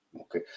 Okay